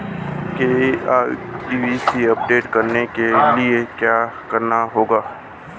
KYC update करने के लिए क्या करना होगा?